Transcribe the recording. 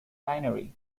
binary